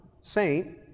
saint